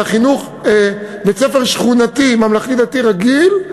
אלא בית-ספר שכונתי ממלכתי-דתי רגיל.